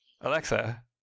Alexa